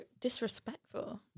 disrespectful